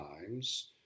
times